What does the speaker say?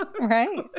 Right